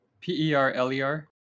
P-E-R-L-E-R